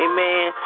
Amen